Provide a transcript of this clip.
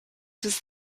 was